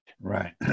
Right